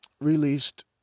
released